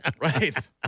Right